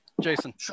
jason